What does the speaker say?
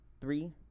Three